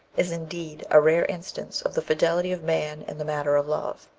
is, indeed, a rare instance of the fidelity of man in the matter of love.